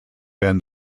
been